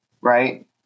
right